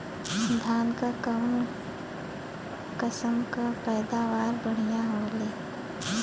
धान क कऊन कसमक पैदावार बढ़िया होले?